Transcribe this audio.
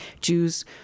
Jews